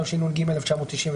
התשנ"ג-1993;